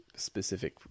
specific